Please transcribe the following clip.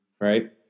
right